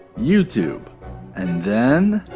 youtube and then,